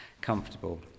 comfortable